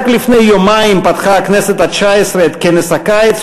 רק לפני יומיים פתחה הכנסת התשע-עשרה את כנס הקיץ,